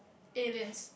aliens